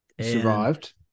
Survived